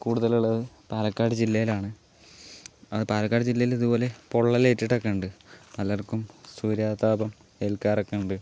കൂടുതലുള്ളത് പാലക്കാട് ജില്ലയിലാണ് അത് പാലക്കാട് ജില്ലയിൽ ഇതുപോലെ പൊള്ളലേറ്റിട്ടൊക്കെ ഉണ്ട് പലർക്കും സൂര്യാതാപം ഏൽക്കാറൊക്കെ ഉണ്ട്